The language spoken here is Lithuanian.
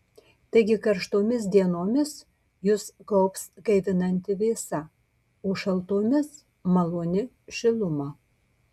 taigi karštomis dienomis jus gaubs gaivinanti vėsa o šaltomis maloni šiluma